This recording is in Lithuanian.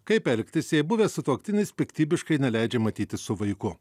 kaip elgtis jei buvęs sutuoktinis piktybiškai neleidžia matytis su vaiku